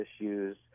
issues